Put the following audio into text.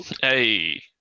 Hey